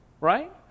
Right